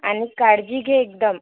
आणि काळजी घे एकदम